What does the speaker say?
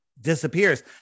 disappears